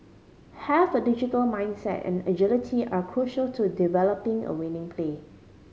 have a digital mindset and agility are crucial to developing a winning play